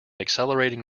accelerating